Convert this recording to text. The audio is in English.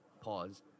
pause